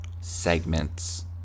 Segments